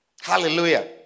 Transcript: Hallelujah